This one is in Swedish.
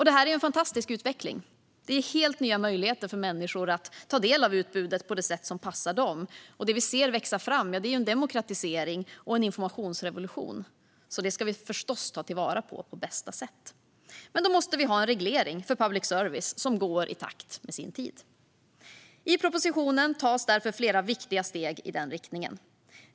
Det är en fantastisk utveckling som ger helt nya möjligheter för människor att ta del av utbudet på det sätt som passar dem. Det vi ser växa fram är en demokratisering och en informationsrevolution som vi förstås ska ta till vara på bästa sätt. Då måste vi ha en reglering för public service som går i takt med sin tid. I propositionen tas därför flera viktiga steg i den riktningen.